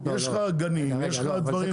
יש לך גנים, יש לך דברים.